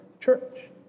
church